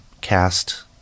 cast